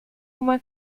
uma